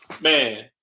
Man